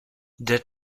der